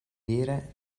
dire